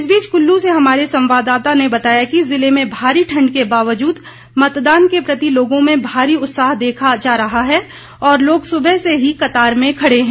इस बीच कुल्लू से हमारे संवाददाता ने बताया कि जिले में भारी ठंड के बावजूद मतदान के प्रति लोगों में भारी उत्साह देखा जा रहा है और सुबह से ही लोग कतार में खड़े हैं